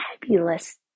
fabulous